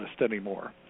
anymore